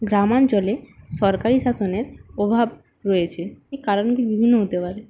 গ্রাম অঞ্চলে সরকারি শাসনের প্রভাব রয়েছে এই কারণ বিভিন্ন হতে পারে